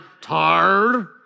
tired